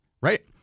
right